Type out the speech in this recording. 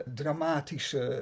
dramatische